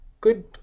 good